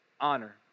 honor